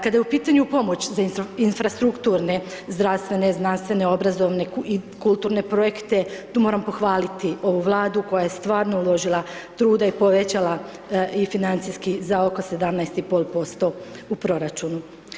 Kada je u pitanju pomoć za infrastrukturne zdravstvene, znanstvene, obrazovne i kulturne projekte tu moram pohvaliti ovu Vladu koja je stvarno uložila truda i povećala financijski za oko 17,5% u proračunu.